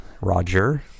Roger